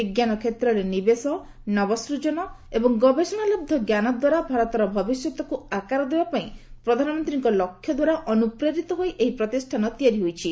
ବିଜ୍ଞାନ କ୍ଷେତ୍ରରେ ନିବେଶ ନବସୂଜନ ଏବଂ ଗବେଷଣାଲହ୍ଧ ଜ୍ଞାନ ଦ୍ୱାରା ଭାରତର ଭବିଷ୍ୟତକୁ ଆକାର ଦେବା ପାଇଁ ପ୍ରଧାନମନ୍ତ୍ରୀଙ୍କ ଲକ୍ଷ୍ୟ ଦ୍ୱାରା ଅନୁପ୍ରେରିତ ହୋଇ ଏହି ପ୍ରତିଷ୍ଠାନ ହୋଇଛି